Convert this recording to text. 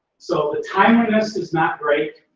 so the timeliness is not great,